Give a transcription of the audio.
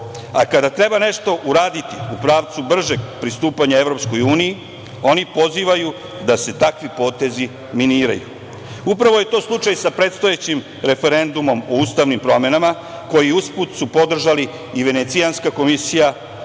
Kada treba nešto uraditi u pravcu bržeg pristupanja EU oni pozivaju da se takvi potezi miniraju. Upravo je to slučaj sa predstojećim referendumom o ustavnim promenama koji uz put su podržali i Venecijanska komisija i